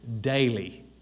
Daily